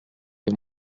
que